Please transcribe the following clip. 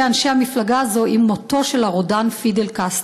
אנשי המפלגה הזאת עם מותו של הרודן פידל קסטרו.